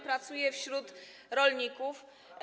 Pracuję wśród rolników.